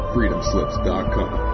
FreedomSlips.com